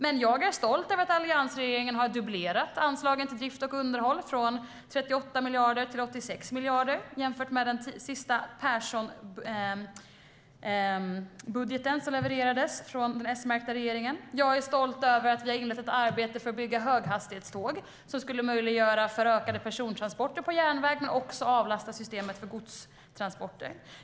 Men jag är stolt över att alliansregeringen har dubblerat anslaget för drift och underhåll från 38 miljarder till 86 miljarder jämfört med den sista Perssonbudgeten som levererades av den S-märkta regeringen. Jag är stolt över att vi har inlett ett arbete för att bygga höghastighetståg som skulle möjliggöra för ökade persontransporter på järnväg men också avlasta systemet för godstransporter.